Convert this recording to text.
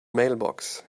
mailbox